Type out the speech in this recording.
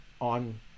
on